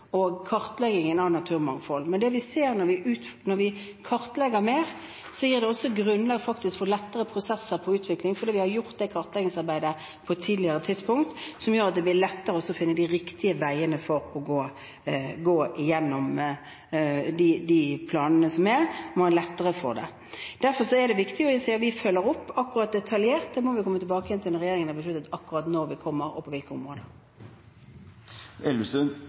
og kartleggingen av naturmangfold. Men det vi ser når vi kartlegger mer, er at det også faktisk gir grunnlag for lettere prosesser innen utvikling. Det at vi har gjort det kartleggingsarbeidet på et tidligere tidspunkt, gjør at det blir lettere å finne den riktige veien å gå gjennom de planene som foreligger. Derfor er det viktig, og jeg sier at vi følger opp. Detaljene får vi komme tilbake til igjen når regjeringen har besluttet akkurat når vi kommer med det, og på hvilke områder.